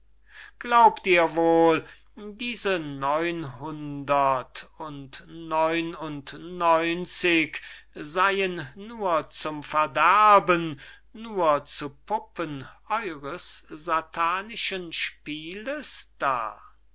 glaubt ihr wohl diese neunhundert und neun und neunzig seyen nur zum verderben nur zu puppen eures satanischen spieles da